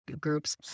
groups